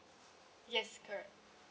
yes correct